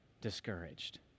discouraged